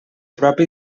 propi